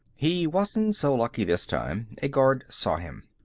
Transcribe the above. he wasn't so lucky this time a guard saw him.